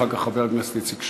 אחר כך, חבר הכנסת איציק שמולי.